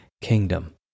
kingdom